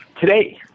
today